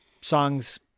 songs